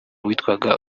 witwaga